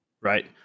right